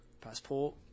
Passport